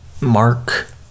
Mark